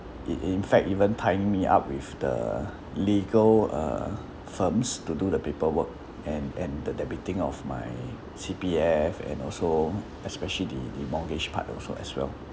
it in fact even tying me up with the legal uh firms to do the paperwork and and the debiting of my C_P_F and also especially the the mortgage part also as well